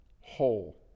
whole